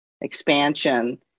expansion